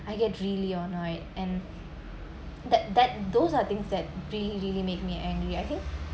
I get really annoyed and that that those are things that really really make me angry I think